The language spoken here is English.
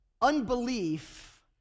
Unbelief